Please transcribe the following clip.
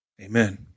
Amen